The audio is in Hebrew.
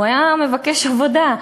הוא היה מבקש עבודה,